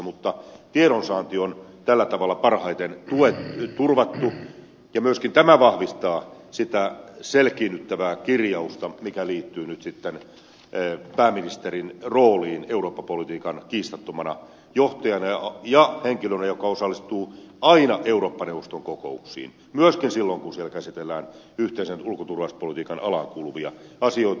mutta tiedonsaanti on tällä tavalla parhaiten turvattu ja myöskin tämä vahvistaa sitä selkiinnyttävää kirjausta mikä liittyy nyt sitten pääministerin rooliin eurooppa politiikan kiistattomana johtajana ja henkilönä joka osallistuu aina eurooppa neuvoston kokouksiin myöskin silloin kun niissä käsitellään yhteisen ulko ja turvallisuuspolitiikan alaan kuuluvia asioita